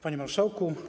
Panie Marszałku!